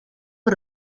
per